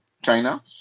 China